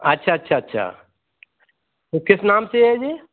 अच्छा अच्छा अच्छा तो किस नाम से है ये